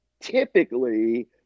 typically